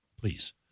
Please